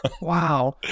Wow